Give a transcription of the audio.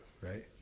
right